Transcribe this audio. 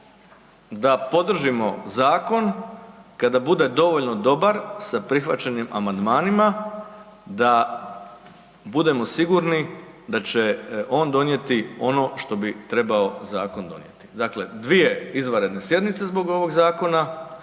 da podržimo zakon kada bude dovoljno dobar sa prihvaćenim amandmanima da budemo sigurni da će on donijeti ono što bi trebao zakon donijeti. Dakle, dvije izvanredne sjednice zbog ovog zakona,